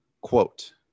Quote